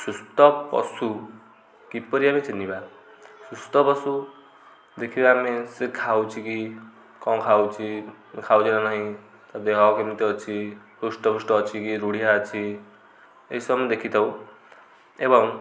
ସୁସ୍ଥ ପଶୁ କିପରି ଆମେ ଚିହ୍ନିବା ସୁସ୍ଥ ପଶୁ ଦେଖିବା ଆମେ ସେ ଖାଉଛି କି କ'ଣ ଖାଉଛି ଖାଉଛି ନା ନାହିଁ ତା ଦେହ କେମିତି ଅଛି ହୃଷ୍ଟପୁଷ୍ଟ ଅଛି କି ରୁଢ଼ିଆ ଅଛି ଏଇସବୁ ଦେଖିଥାଉ ଏବଂ